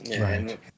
Right